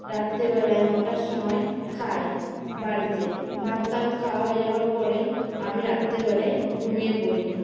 রাত্রেবেলায় নটার সময় খাই বাড়িতে ভাতটাত খাওয়া হয়ে যাওয়ার পরে আমি রাত্রেবেলায় ঘুমিয়ে পরি